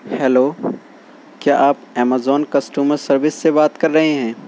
hello کیا آپ Amazon customer service سے بات کر رہے ہیں